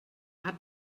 hat